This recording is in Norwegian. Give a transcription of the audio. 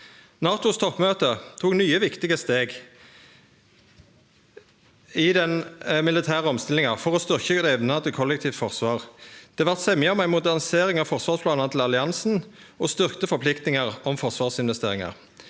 NATOs toppmøte tok nye viktige steg i den militære omstillinga for å styrkje evna til kollektivt forsvar. Det vart semje om ei modernisering av forsvarsplanane til alliansen og styrkte forpliktingar om forsvarsinvesteringar.